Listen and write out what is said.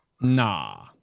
nah